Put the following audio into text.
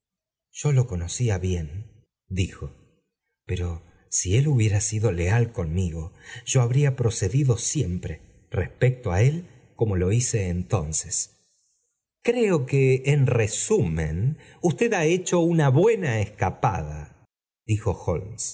yo lo conocía bien dijo pero si él iml ie ra sido leal conmigo yo habría procedido siempre íespecto á él como lo hice entonces creo que en resumen usted ha hecho una buena escapada dijo